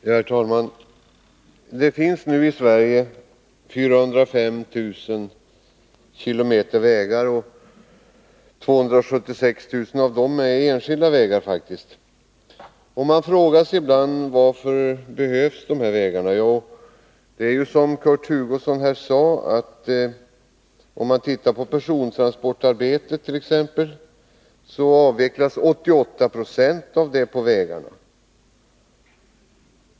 Herr talman! Det finns nu i Sverige 405 000 km vägar, och 276 000 av dem är faktiskt enskilda vägar. Man frågar sig ibland varför dessa vägar behövs. Som Kurt Hugosson sade utförs 88 76 av persontransportarbetet på vägarna.